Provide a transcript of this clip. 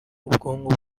ubwonko